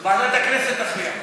אני ידעתי, ועדת הכנסת תכריע.